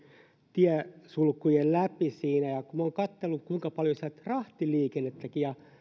tiesulkujen läpi ja kun olen katsellut kuinka paljon sieltä rahtiliikennettäkin ja